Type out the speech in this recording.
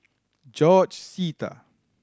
George Sita